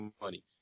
money